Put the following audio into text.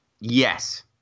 Yes